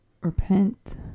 repent